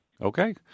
Okay